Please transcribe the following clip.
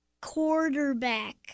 quarterback